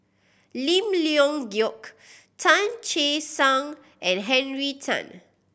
Lim Leong Geok Tan Che Sang and Henry Tan